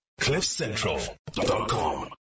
Cliffcentral.com